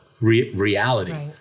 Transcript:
reality